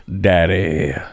daddy